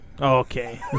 Okay